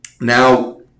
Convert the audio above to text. now